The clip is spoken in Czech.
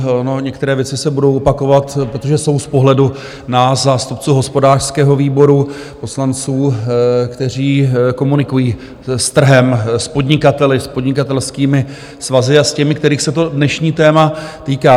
No, některé věci se budou opakovat, protože jsou z pohledu nás zástupců hospodářského výboru, poslanců, kteří komunikují s trhem, s podnikateli, s podnikatelskými svazy a s těmi, kterých se to dnešní téma týká.